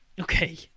okay